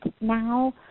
now